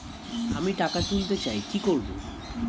আমি টাকা তুলতে চাই কি করব?